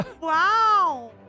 Wow